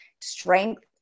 strength